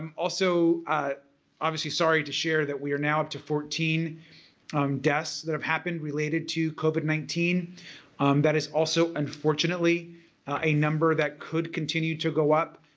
um also ah sorry to share that we are now up to fourteen deaths that have happened related to covid nineteen that is also unfortunately a number that could continue to go up.